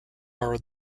are